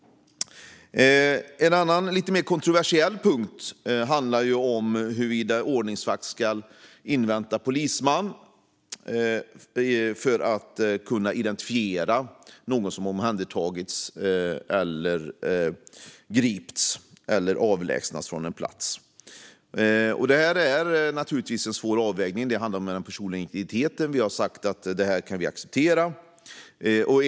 En annan lite mer kontroversiell punkt handlar om huruvida ordningsvakt ska invänta polisman för att kunna identifiera någon som har omhändertagits, gripits eller avlägsnats från en plats. Här kan det vara fråga om svåra avvägningar, och det handlar om den personliga integriteten. Vi har sagt att vi kan acceptera detta.